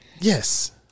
Yes